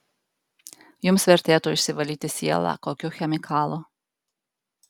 jums vertėtų išsivalyti sielą kokiu chemikalu